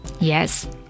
Yes